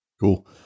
Cool